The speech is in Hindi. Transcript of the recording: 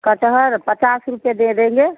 कटहल पचास रुपये दे देंगे